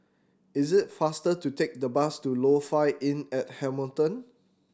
is it faster to take the bus to Lofi Inn at Hamilton